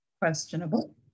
questionable